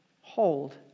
hold